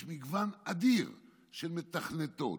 יש מגוון אדיר של מתכנתות,